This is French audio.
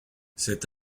cet